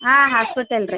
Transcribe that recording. ಹಾಂ ಹಾಸ್ಪಿಟಲ್ ರೀ